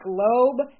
Globe